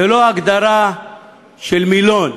זו לא הגדרה של מילון.